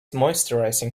moisturising